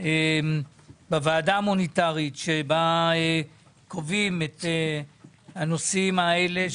בוועדה המוניטרית שבה קובעים את הנושאים האלה,